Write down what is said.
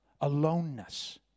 aloneness